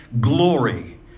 glory